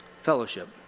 fellowship